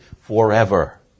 forever